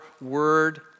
word